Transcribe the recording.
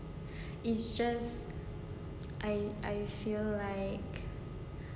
it's just I I feel like